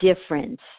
difference